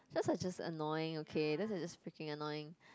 those are just annoying okay those are just freaking annoying